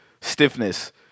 stiffness